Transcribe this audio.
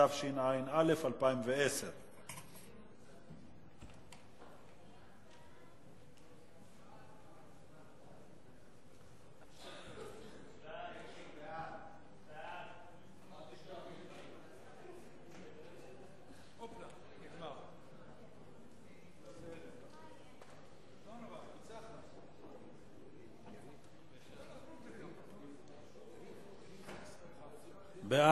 התשע"א 2010. הצעת ועדת הכספים בדבר חלוקת הצעת חוק